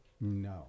No